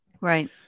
Right